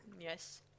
yes